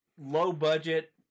low-budget